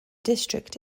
district